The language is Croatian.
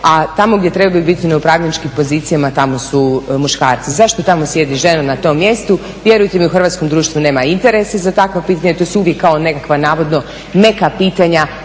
a tamo gdje trebaju biti na upravljačkim pozicijama tamo su muškarci. Zašto tamo sjedi žena na tom mjestu, vjerujte mi u hrvatskom društvu nema interesa za takvo pitanje, to su uvijek kao nekakva navodno meka pitanja